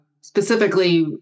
specifically